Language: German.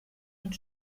und